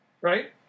Right